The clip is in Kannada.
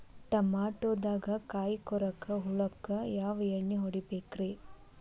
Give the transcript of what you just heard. ಟಮಾಟೊದಾಗ ಕಾಯಿಕೊರಕ ಹುಳಕ್ಕ ಯಾವ ಎಣ್ಣಿ ಹೊಡಿಬೇಕ್ರೇ?